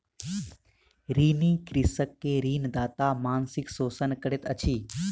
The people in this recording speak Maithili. ऋणी कृषक के ऋणदाता मानसिक शोषण करैत अछि